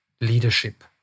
leadership